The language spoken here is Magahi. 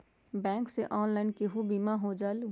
बैंक से ऑनलाइन केहु बिमा हो जाईलु?